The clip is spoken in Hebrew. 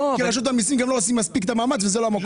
רשות המיסים לא עושה מספיק את המאמץ וזה לא המקום.